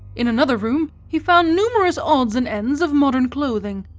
in another room he found numerous odds and ends of modern clothing,